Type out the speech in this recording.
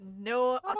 no